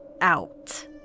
out